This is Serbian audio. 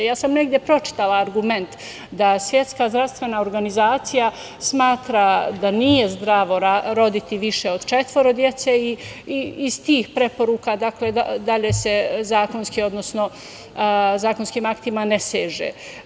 Ja sam negde pročitala argument da Svetska zdravstvena organizacija smatra da nije zdravo roditi više od četvoro dece i iz tih preporuka dalje se zakonskim aktima ne seže.